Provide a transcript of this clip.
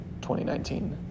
2019